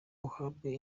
uhabwe